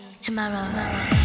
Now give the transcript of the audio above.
Tomorrow